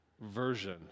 version